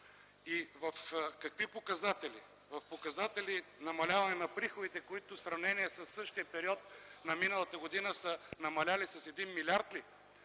и в какви показатели? В показатели намаляване на приходите, които в сравнение със същия период на миналата година са намалели с 1 млрд. лв.